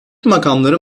makamları